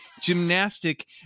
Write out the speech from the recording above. gymnastic